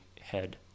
head